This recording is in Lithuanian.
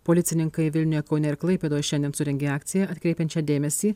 policininkai vilniuje kaune ir klaipėdoje šiandien surengė akciją atkreipiančią dėmesį